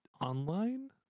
online